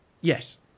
Yes